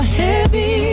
heavy